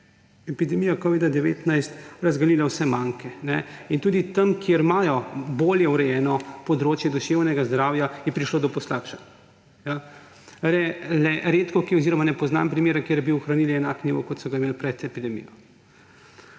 epidemija covida-19 razgalila vse manke. In tudi tam, kjer imajo bolje urejeno področje duševnega zdravja, je prišlo do poslabšanj. Le redkokje oziroma ne poznam primera, kjer bi ohranili enak nivo, kot so ga imeli pred epidemijo.